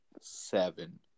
seven